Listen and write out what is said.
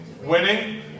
Winning